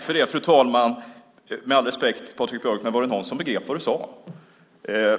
Fru talman! Med all respekt, Patrik Björck, var det någon som begrep vad du sade?